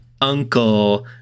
uncle